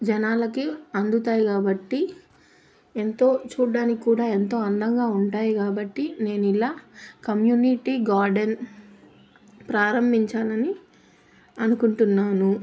జనాలకి అందుతాయి కాబట్టి ఎంతో చూడడానికి కూడా ఎంతో అందంగా ఉంటాయి కాబట్టి నేను ఇలా కమ్యూనిటీ గార్డెన్ ప్రారంభించాలి అని అనుకుంటున్నాను